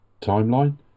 timeline